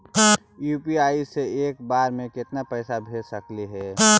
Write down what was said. UPI से एक बार मे केतना पैसा भेज सकली हे?